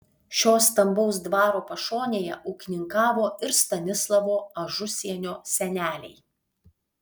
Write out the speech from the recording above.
šio stambaus dvaro pašonėje ūkininkavo ir stanislovo ažusienio seneliai